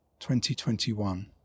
2021